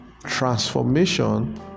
transformation